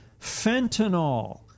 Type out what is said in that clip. fentanyl